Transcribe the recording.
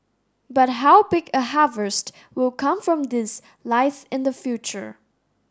but how big a harvest will come from this lies in the future